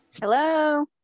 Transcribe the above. Hello